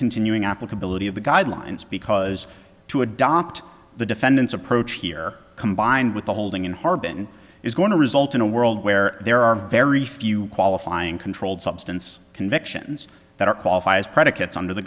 continuing applicability of the guidelines because to adopt the defendant's approach here combined with the holding in harbin is going to result in a world where there are very few qualifying controlled substance convictions that are qualify as predicates under the